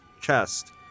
chest